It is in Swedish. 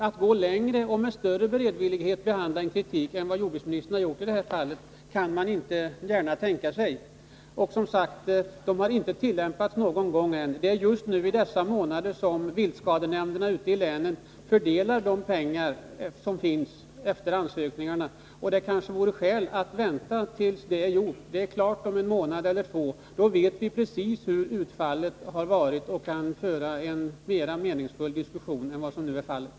Att gå längre och med större beredvillighet behandla kritiska synpunkter än vad jordbruksministern gjort i det här fallet kan man inte gärna tänka sig. Som sagt har dessa regler inte tillämpats någon gång än. Just nu, i dessa månader, fördelar viltskadenämnderna ute i länen de pengar som finns efter ansökningarna, och det kanske vore skäl att vänta tills det är gjort. Det är klart om en månad eller två, och då vet vi precis vilket utfallet har blivit och kan föra en mera meningsfull diskussion än nu.